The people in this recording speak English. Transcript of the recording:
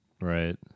Right